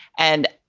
and